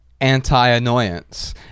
anti-annoyance